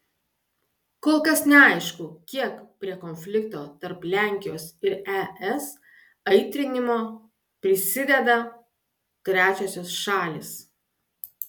kol kas neaišku kiek prie konflikto tarp lenkijos ir es aitrinimo prisideda trečiosios šalys